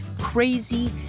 crazy